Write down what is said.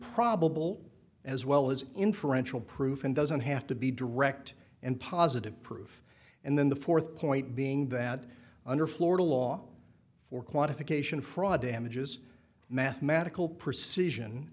probable as well as inferential proof and doesn't have to be direct and positive proof and then the fourth point being that under florida law for quantification fraud damages mathematical precision